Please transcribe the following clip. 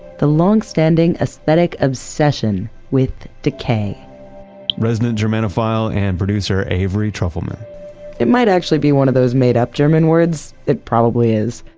the long standing aesthetic obsession with decay resident germanophile and producer avery trufelman it might actually be one of those made up german words it probably is.